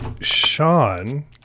Sean